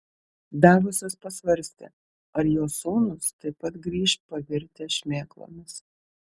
davosas pasvarstė ar jo sūnūs taip pat grįš pavirtę šmėklomis